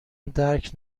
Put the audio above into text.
درک